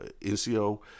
nco